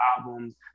albums